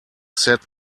set